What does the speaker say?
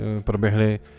proběhly